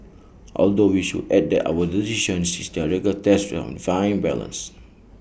although we should add that our decision this regard rests on fine balance